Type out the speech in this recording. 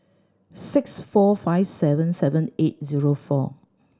six four five seven seven eight zero four